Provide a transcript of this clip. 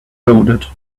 loaded